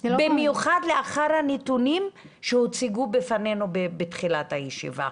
במיוחד לאחר הנתונים שהוצגו בפנינו בתחילת הישיבה.